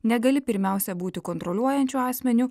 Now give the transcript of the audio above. negali pirmiausia būti kontroliuojančiu asmeniu